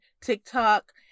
TikTok